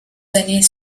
années